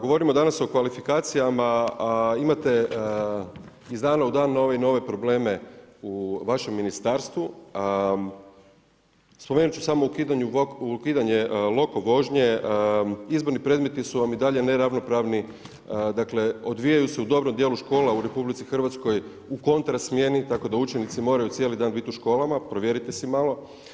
Govorimo danas o kvalifikacijama, imate iz dana u dan, nove probleme u vašem ministarstvo, spomenuti ću samo ukidanje loko vožnje, izborni predmeti su vam i dalje neravnopravni, dakle, odvijaju se u dobrom dijelu škola u RH, u kontra smjeni, tako da učenici moraju biti cijeli dan u školama, provjerite si malo.